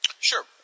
Sure